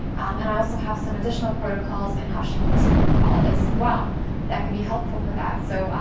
and i also have some additional protocols in hashimoto's protocol as well that can be helpful for that. so,